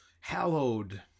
hallowed